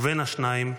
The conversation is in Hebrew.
ובין השניים,